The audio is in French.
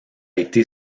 été